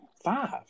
five